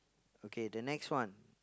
okay the next one